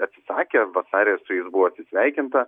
atsisakė vasary su jais buvo atsisveikinta